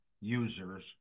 users